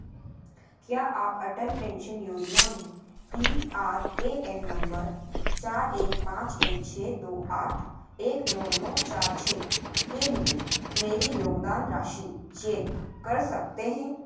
क्या आप अटल पेंशन योजना में P R A N number चार एक पाँच एक छः दो आठ एक नौ नौ चार छः के लिए मेरी योगदान राशि चेक कर सकते हैं